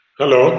Hello